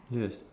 yes